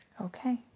Okay